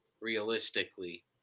realistically